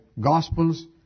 Gospels